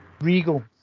Regal